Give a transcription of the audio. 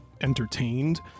entertained